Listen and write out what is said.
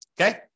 Okay